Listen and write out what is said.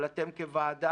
אבל אתם כוועדה